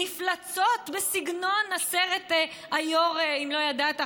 מפלצות בסגנון סרט 'היורה'" אם לא ידעת,